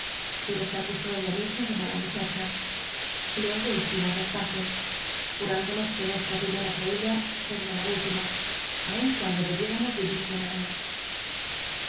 pero se acusó ella misma de mala muchacha luego hicimos las paces jur indonos que nucsha primca c ucrclla seda la última aun cuando debiéramos yirir cien aiios